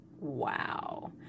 Wow